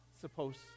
supposed